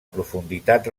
profunditat